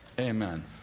Amen